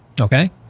okay